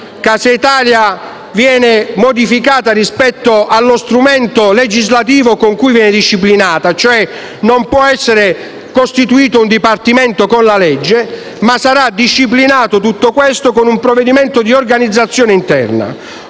Casa Italia viene modificata rispetto allo strumento legislativo con cui viene disciplinata: non può essere costituito un Dipartimento con la legge, ma tutto questo sarà disciplinato con un provvedimento di organizzazione interna.